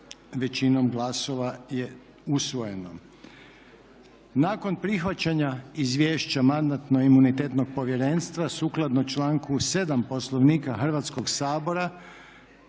većinom glasova je usvojeno. Nakon prihvaćanja Izvješća Mandatno-imunitetnog povjerenstva sukladno članku 7. Poslovnika Hrvatskoga sabora